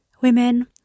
women